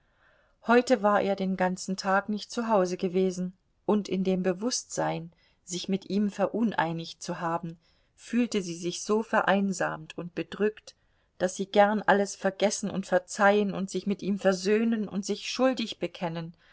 heute war er den ganzen tag nicht zu hause gewesen und in dem bewußtsein sich mit ihm veruneinigt zu haben fühlte sie sich so vereinsamt und bedrückt daß sie gern alles vergessen und verzeihen und sich mit ihm versöhnen und sich schuldig bekennen